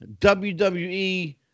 WWE